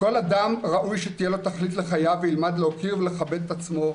לכל אדם ראוי שתהיה לו תכלית לחייו והוא ילמד להוקיר ולכבד את עצמו,